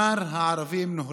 מר "הערבים נוהרים".